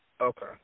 Okay